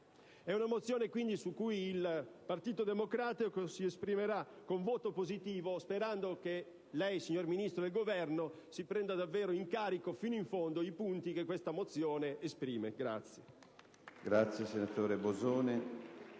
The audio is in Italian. È una mozione su cui il Partito Democratico si esprimerà con voto favorevole sperando che lei, signor Ministro, e il Governo prendiate davvero in carico fino in fondo i punti che questa mozione esprime.